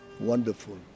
Wonderful